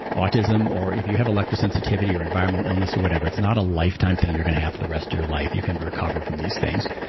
autism or if you have electrosensitivity, or environmental illness, or whatever. it's not a lifetime thing you're going to have the rest of your life. you can recover from these things,